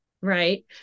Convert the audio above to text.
Right